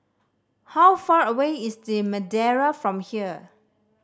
how far away is The Madeira from here